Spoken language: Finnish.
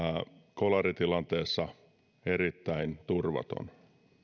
kolaritilanteessa erittäin turvaton